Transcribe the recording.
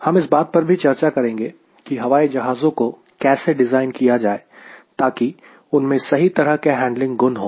हम इस बात पर भी चर्चा करेंगे की हवाई जहाज़ों को कैसे डिज़ाइन किया जाए ताकि उनमें सही तरह के हैंडलिंग गुण हो